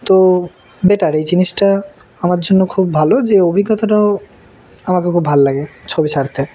তো বেটার এই জিনিসটা আমার জন্য খুব ভালো যে অভিজ্ঞতাটাও আমাকে খুব ভালো লাগে ছবি ছাড়তে